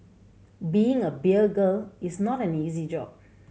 being a beer girl is not an easy job